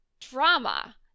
drama